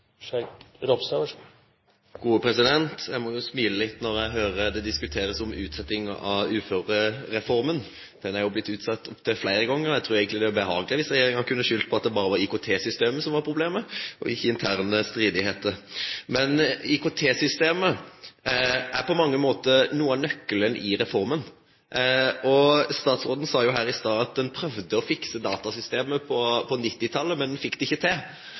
jo blitt utsatt opptil flere ganger. Jeg tror egentlig det ville være behagelig hvis regjeringen kunne skylde på at det bare var IKT-systemet som var problemet, og ikke interne stridigheter. IKT-systemet er på mange måter noe av nøkkelen i reformen. Statsråden sa her i stad at man prøvde å fikse datasystemet på 1990-tallet, men man fikk det ikke til.